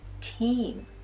team